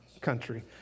country